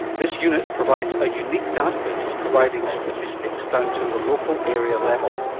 this unit provides a unique database providing statistics down to the local area level.